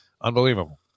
Unbelievable